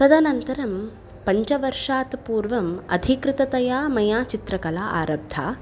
तदनन्तरं पञ्चवषात् पूर्वं अधिकृततया मया चित्रकला आरब्धा